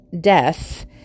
death